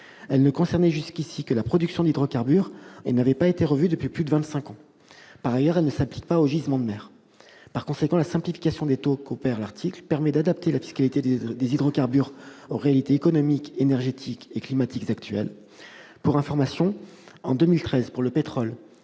Elle ne concernait jusqu'ici que la production d'hydrocarbures et n'avait pas été revue depuis plus de vingt-cinq ans. Par ailleurs, elle ne s'applique pas aux gisements en mer. Par conséquent, la simplification des taux qu'opère l'article 21 permet d'adapter la fiscalité des hydrocarbures aux réalités économique, énergétique et climatique actuelles. Pour information, en 2013, pour le pétrole,